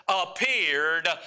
appeared